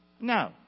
No